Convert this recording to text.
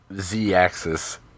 Z-axis